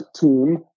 team